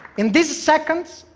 in these seconds,